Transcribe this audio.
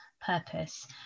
purpose